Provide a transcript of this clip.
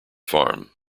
farm